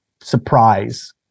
surprise